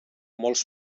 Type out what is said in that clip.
molts